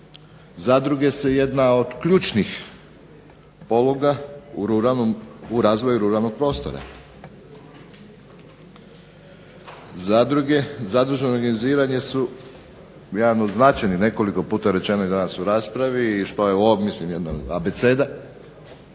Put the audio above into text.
zadruge su jedna od ključnih ovoga u razvoju ruralnog prostora. Zadruge, zadružno organiziranje su jedan od značajnih, nekoliko je puta rečeno i danas u raspravi i što je mislim jedna abeceda,